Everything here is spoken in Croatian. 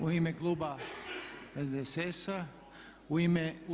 U ime kluba SDSS-a.